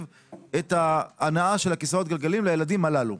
את ההנעה של כיסאות הגלגלים לילדים הללו?